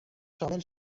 شامل